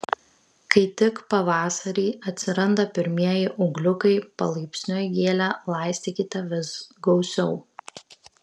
kai tik pavasarį atsiranda pirmieji ūgliukai palaipsniui gėlę laistykite vis gausiau